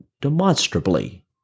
demonstrably